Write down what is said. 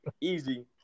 easy